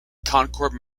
concord